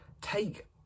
take